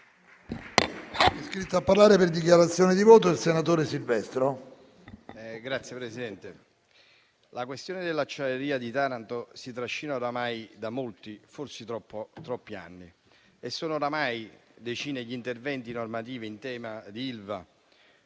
la questione dell'acciaieria di Taranto si trascina ormai da molti, forse troppi anni. Sono ormai decine gli interventi normativi in tema di Ilva: